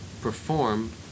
perform